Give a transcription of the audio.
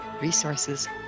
resources